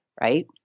Right